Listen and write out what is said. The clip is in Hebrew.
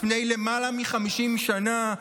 לפני למעלה מ-50 שנה,